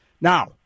Now